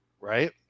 right